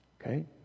Okay